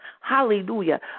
Hallelujah